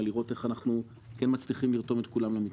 לראות איך אנחנו כן מצליחים לרתום את כולם למתווה.